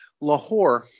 Lahore